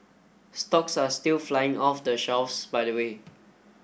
stocks are still flying off the shelves by the way